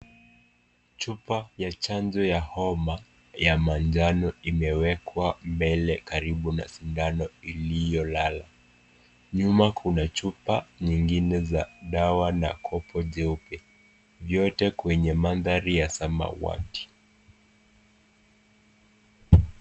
Chupa ya chanjo ya homa ya manjano imekwa mbele karibu na sindano iliyolala. Nyuma kuna chupa nyingine za dawa kopo jeupe, vyote kwenye mandhari ya samawati.